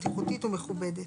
בטיחותית ומכובדת.